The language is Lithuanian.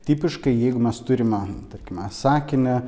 tipiškai jeigu mes turime tarkime sakinį